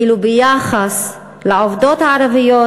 ואילו ביחס לעובדות הערביות,